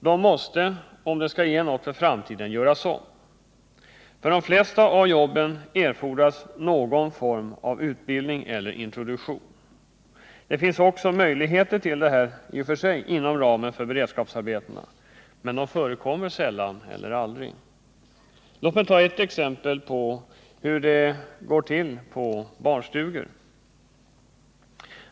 De måste — om de skall ge något för framtiden — göras om. För de flesta av jobben erfordras någon form av utbildning eller introduktion. Det finns också möjligheter till detta inom ramen för beredskapsarbetena, men det förekommer sällan eller aldrig att de utnyttjas. Låt mig ta ett exempel som visar hur det går till på barnstugorna.